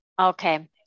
Okay